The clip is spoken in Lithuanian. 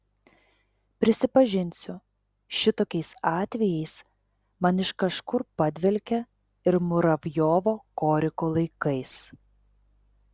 prisipažinsiu šitokiais atvejais man iš kažkur padvelkia ir muravjovo koriko laikais